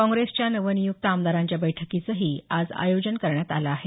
काँग्रेसच्या नवनियुक्त आमदारांच्या बैठकीचंही आज आयोजन करण्यात आलं आहे